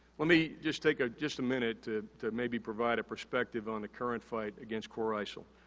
let me just take ah just a minute to maybe provide a perspective on the current fight against core isil.